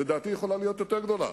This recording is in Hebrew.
לדעתי היא יכולה להיות יותר גדולה.